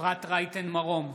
אפרת רייטן מרום,